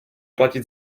platit